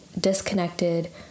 disconnected